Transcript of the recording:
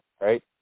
right